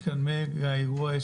תשמעו, יש כאן מגה אירוע.